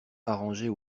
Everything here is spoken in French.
arrangeait